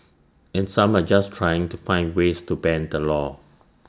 and some are just trying to find ways to bend the law